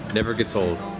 never gets old.